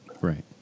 Right